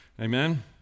Amen